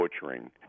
butchering